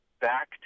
back